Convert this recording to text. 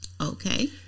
Okay